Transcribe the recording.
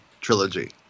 trilogy